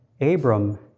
Abram